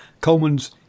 Coleman's